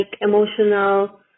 emotional